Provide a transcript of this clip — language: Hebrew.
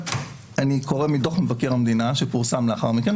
אני קורא מדוח מבקר המדינה שפורסם לאחר מכן.